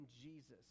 Jesus